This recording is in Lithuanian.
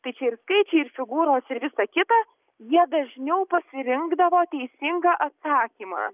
tai čia ir skaičiai ir figūros ir visa kita jie dažniau pasirinkdavo teisingą atsakymą